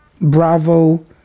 Bravo